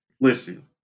Listen